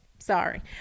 Sorry